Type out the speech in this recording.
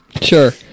sure